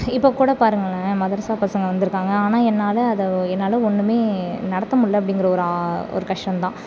இப்போது கூட பாருங்களேன் மதரசா பசங்கள் வந்திருக்காங்க ஆனால் என்னால் அதை என்னால் ஒன்றுமே நடத்த முடில அப்படிங்கிற ஒரு ஆ ஒரு கஷ்டம் தான்